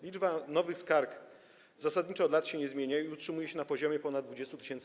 Liczba nowych skarg zasadniczo od lat się nie zmienia i utrzymuje się na poziomie ponad 20 tys.